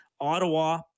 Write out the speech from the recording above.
Ottawa